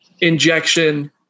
injection